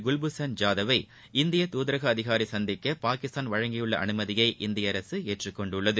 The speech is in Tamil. குவ்பூஷண் ஜாதவை இந்திய துதரக அதிகாரி சந்திக்க பாகிஸ்தான் வழங்கியுள்ள அனுமதியை இந்திய அரசு ஏற்றுக்கொண்டுள்ளது